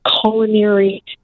culinary